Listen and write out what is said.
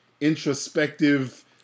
introspective